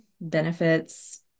Benefits